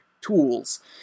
tools